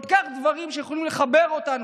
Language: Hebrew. דברים שכל כך יכולים לחבר אותנו.